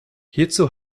hierzu